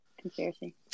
conspiracy